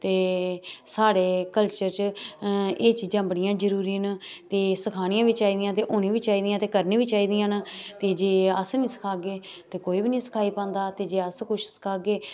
ते साढ़े कल्चर च एह् चीजां बड़ियां जरूरी न ते सखानियां बी चाहिदियां ते होनी बी चाहिदियां ते करनी बी चाहिदियां ते जे अस निं सखागै ते कोई बी नेईं सखाई पांदा ते जे अस कुछ सखागै